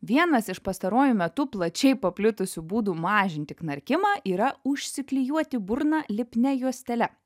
vienas iš pastaruoju metu plačiai paplitusių būdų mažinti knarkimą yra užsiklijuoti burną lipnia juostele